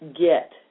get